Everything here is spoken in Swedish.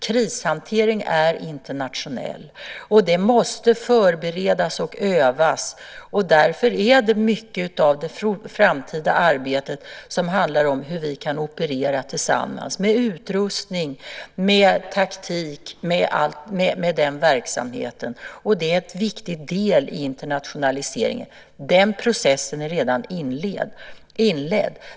Krishanteringen är internationell och måste förberedas och övas. Därför handlar mycket av det framtida arbetet om hur vi kan operera tillsammans; det gäller utrustning, taktik och liknande inom den verksamheten. Det är en viktig del i internationaliseringen. Den processen är redan inledd.